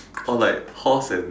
or like horse and